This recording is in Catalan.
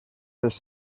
els